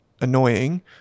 annoying